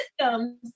systems